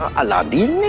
ah aladdin'